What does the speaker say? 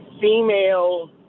female –